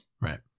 Right